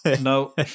No